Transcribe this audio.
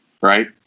Right